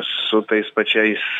su tais pačiais